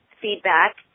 feedback